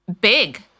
big